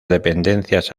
dependencias